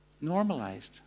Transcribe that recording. normalized